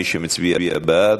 מי שמצביע בעד,